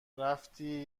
رفتی